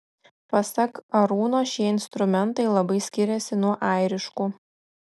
pasak arūno šie instrumentai labai skiriasi nuo airiškų